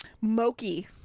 Moki